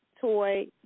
toy